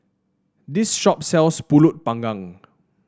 this shop sells pulut panggang